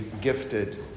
gifted